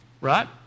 Right